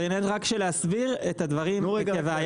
זה עניין רק של להסביר את הדברים כהווייתם.